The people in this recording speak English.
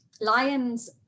lions